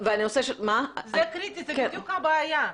-- זה קריטי, זאת בדיוק הבעיה.